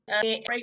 great